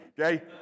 Okay